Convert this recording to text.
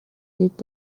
litt